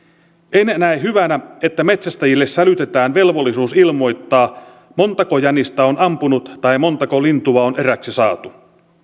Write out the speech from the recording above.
käyty en näe hyvänä että metsästäjille sälytetään velvollisuus ilmoittaa montako jänistä on ampunut tai montako lintua on eräksi saatu